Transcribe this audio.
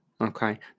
Okay